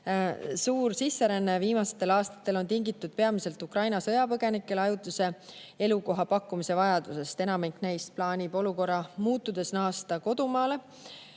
Suur sisseränne viimastel aastatel on tingitud peamiselt Ukraina sõjapõgenikele ajutise elukoha pakkumise vajadusest. Enamik neist plaanib olukorra muutudes naasta kodumaale.